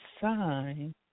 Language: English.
sign